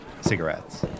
cigarettes